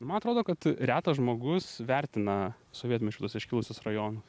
man atrodo kad retas žmogus vertina sovietmečiu tuos iškilusius rajonus